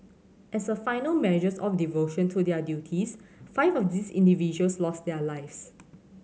as a final measures of devotion to their duties five of these individuals lost their lives